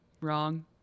Wrong